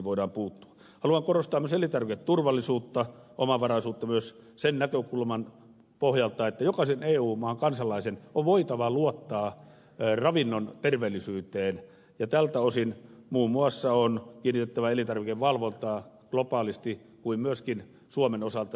haluan korostaa myös elintarviketurvallisuutta omavaraisuutta myös sen näkökulman pohjalta että jokaisen eu maan kansalaisen on voitava luottaa ravinnon terveellisyyteen ja tältä osin on kiinnitettävä huomiota muun muassa elintarvikevalvontaan ja sen tehostamiseen niin globaalisti kuin myöskin suomen osalta